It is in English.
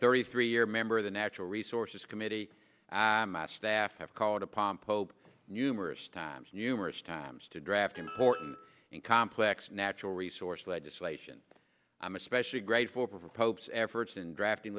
thirty three year member of the natural resources committee mass staff have called upon pope numerous times numerous times to draft important and complex natural resource legislation i am especially grateful for pope's efforts in drafting